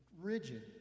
rigid